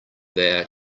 their